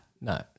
No